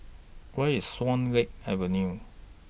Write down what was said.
Where IS Swan Lake Avenue